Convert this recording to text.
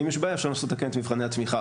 ואם יש בעיה אפשר לנסות לתקן את מבחני התמיכה,